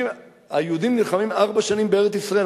היהודים נלחמים ארבע שנים בארץ-ישראל,